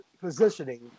positioning